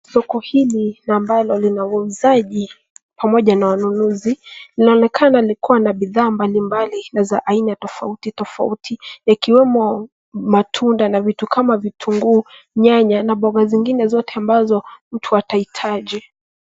Soko hili na ambalo lina wauzaji pamoja na wanunuzi, inaonekana likiwa na bidhaa mbali mbali na za aina tofauti tofauti ikiwemo matunda na vitu kama vitunguu, nyanya na mboga zingine zote ambazo mtu atahitaji.